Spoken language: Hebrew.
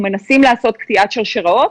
אנחנו מנסים לעשות קטיעת שרשראות,